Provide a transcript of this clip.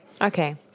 Okay